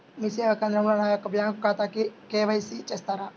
మీ సేవా కేంద్రంలో నా యొక్క బ్యాంకు ఖాతాకి కే.వై.సి చేస్తారా?